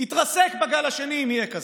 יתרסק בגל השני, אם יהיה כזה.